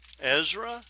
Ezra